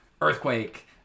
Earthquake